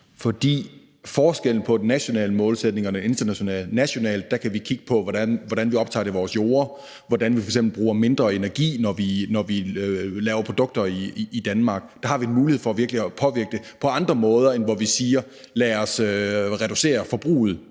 og den internationale målsætning er, at nationalt kan vi kigge på, hvordan det optages i vores jorder, hvordan vi f.eks. bruger mindre energi, når vi laver produkter i Danmark; der har vi en mulighed for virkelig at påvirke det på andre måder end ved at sige, at vi skal reducere forbruget,